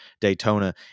Daytona